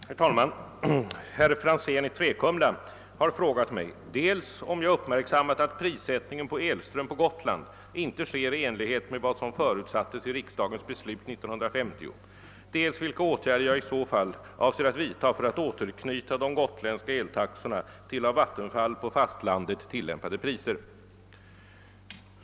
Herr talman! Herr Franzén i Träkumla har frågat mig dels om jag uppmärksammat att prissättningen på elström på Gotland inte sker i enlighet med vad som förutsattes i riksdagens beslut 1950, dels vilka åtgärder jag i så fall avser att vidta för att återknyta de gotländska eltaxorna till av Vattenfall på fastlandet tillämpade priser.